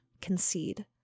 concede